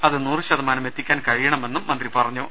അത് നൂറു ശതമാനം എത്തിക്കാൻ കഴിയണമെന്നും മന്ത്രി പറഞ്ഞു